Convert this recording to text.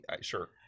sure